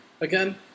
again